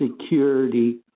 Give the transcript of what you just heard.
security